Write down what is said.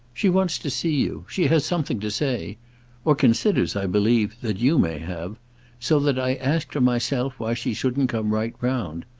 she wants to see you she has something to say or considers, i believe, that you may have so that i asked her myself why she shouldn't come right round.